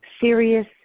serious